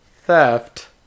theft